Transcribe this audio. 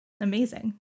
amazing